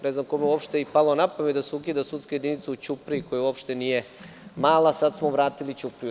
Ne znam uopšte kome je palo na pamet da se ukida sudska jedinica u Ćupriji koja uopšte nije mala, a sada smo vratili Ćupriju.